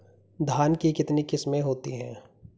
धान की कितनी किस्में होती हैं?